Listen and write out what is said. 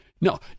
No